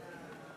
שזה עתה שמענו